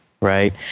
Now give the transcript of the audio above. right